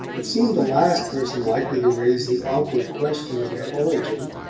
had seemed the last person likely to raise the awkward question of their origin.